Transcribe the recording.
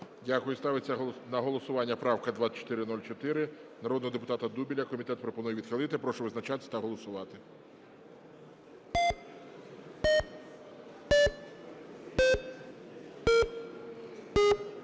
Дякую. Ставиться на голосування правка 2406 народного депутата Павленка. Комітет пропонує відхилити. Прошу визначатись та голосувати.